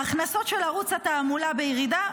ההכנסות של ערוץ התעמולה בירידה,